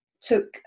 took